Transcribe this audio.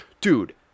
Dude